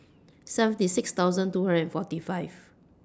seventy six thousand two hundred and forty five